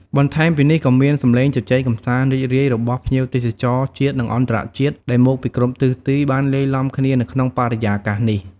បន្ថែមពីនេះក៏មាន សំឡេង ជជែកកម្សាន្តរីករាយ របស់ភ្ញៀវទេសចរជាតិ និងអន្តរជាតិដែលមកពីគ្រប់ទិសទី បានលាយឡំគ្នានៅក្នុងបរិយាកាសនេះ។